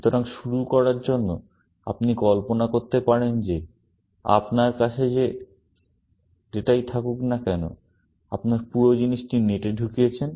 সুতরাং শুরু করার জন্য আপনি কল্পনা করতে পারেন যে আপনার কাছে যে ডেটাই থাকুক না কেন আপনি পুরো জিনিসটি নেট এ ঢুকিয়েছেন